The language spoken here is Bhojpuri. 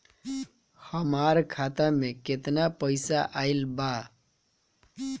हमार खाता मे केतना पईसा आइल बा?